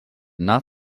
not